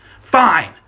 Fine